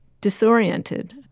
disoriented